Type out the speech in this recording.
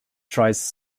tries